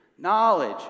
knowledge